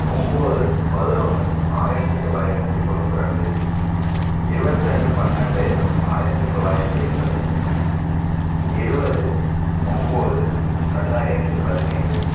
ஒம்பது பதினொன்று ஆயிரத்தி தொள்ளாயிரத்தி தொண்ணூத்தி ரெண்டு இருபத்ரெண்டு பன்னெண்டு ஆயிரத்தி தொள்ளாயிரத்தி எண்பத்தஞ்சு இருபது ஒம்பது ரெண்டாயிரத்தி பதினேழு